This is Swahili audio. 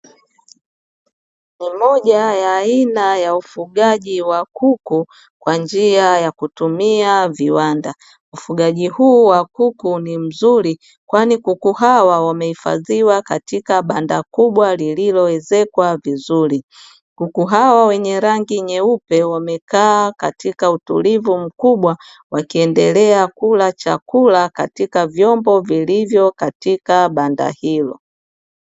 Ni moja ya aina ya ufugaji wa kuku kwa njia ya kutumia viwanda. Ufugaji huu wa kuku ni mzuri kwani kuku hawa wamehifadhiwa katika banda kubwa lililoezekwa vizuri. Kuku hawa wenye rangi nyeupe wamekaa katika utulivu mkubwa wakiendelea kula chakula katika vyombo vilivyo katika banda hilo.